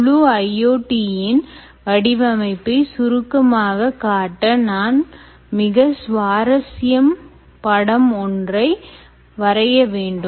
முழு IoT யின் வடிவமைப்பை சுருக்கமாக காட்ட நான் மிக சுவாரஸ்யம் படம் ஒன்றை வரைய வேண்டும்